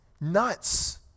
nuts